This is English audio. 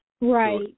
Right